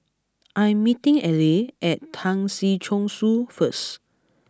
I am meeting Aleah at Tan Si Chong Su first